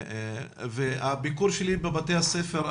ובביקור שלי בבתי הספר,